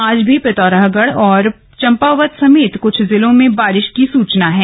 आज भी पिथौरागढ़ और चंपावत समेत कुछ जिलों में बारिश की सूचना है